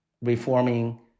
reforming